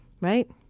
right